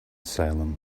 salem